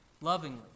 lovingly